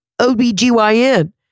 OBGYN